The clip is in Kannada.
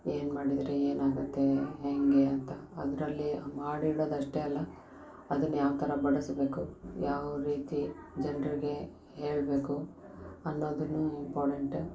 ಏನು ಮಾಡಿದರೆ ಏನು ಆಗತ್ತೆ ಹೇಗೆ ಅಂತ ಅದರಲ್ಲಿ ಮಾಡಿ ಇಡೋದು ಅಷ್ಟೆ ಅಲ್ಲ ಅದನ್ನ ಯಾವ ಥರ ಬಡಸ್ಬೇಕು ಯಾವ ರೀತಿ ಜನರಿಗೆ ಹೇಳಬೇಕು ಅನ್ನೋದುನೂ ಇಂಪಾರ್ಟೆಂಟೆ